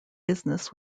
business